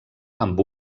amb